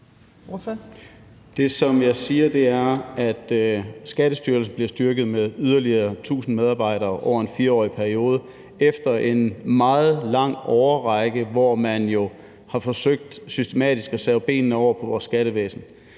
Det, som jeg siger, er, at Skattestyrelsen bliver styrket med yderligere 1.000 medarbejdere over en 4-årig periode, efter en meget lang årrække, hvor man jo systematisk har forsøgt at save benene over på vores skattevæsen,